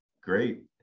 Great